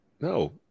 No